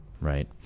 right